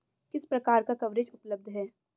किस प्रकार का कवरेज उपलब्ध है?